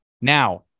now